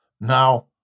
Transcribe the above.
Now